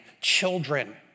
children